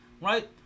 right